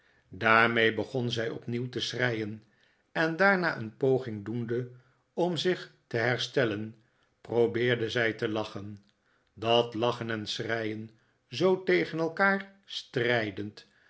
daarmee begon zij opnieuw te schreien en daarna een poging doende om zich te herstellen probeerde zij te lachen dat lachen en schreien zoo tegen elkaar strijdend